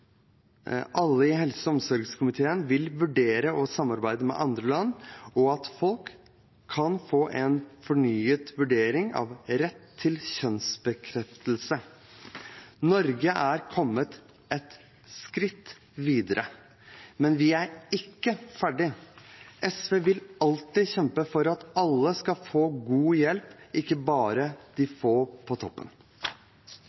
Alle i helse- og omsorgskomiteen vil be regjeringen vurdere å samarbeide med andre land om at folk kan få en fornyet vurdering av rett til kjønnsbekreftelse. Norge er kommet et skritt videre, men vi er ikke ferdige. SV vil alltid kjempe for at alle skal få god hjelp, ikke bare de